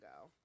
go